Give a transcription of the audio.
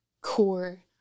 core